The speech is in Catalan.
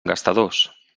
gastadors